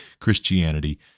Christianity